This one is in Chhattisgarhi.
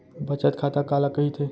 बचत खाता काला कहिथे?